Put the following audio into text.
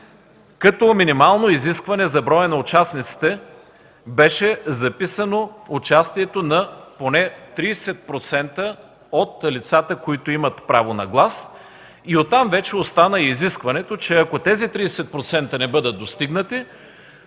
като минимално изискване за броя на участниците беше записано участието на поне 30% от лицата, които имат право на глас. Оттам вече остана и изискването, че ако тези 30% не бъдат достигнати